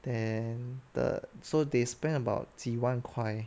then the so they spend about 几万块